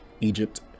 Egypt